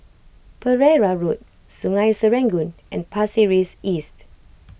Pereira Road Sungei Serangoon and Pasir Ris East